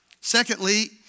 Secondly